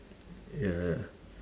ya ya